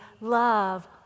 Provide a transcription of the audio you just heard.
love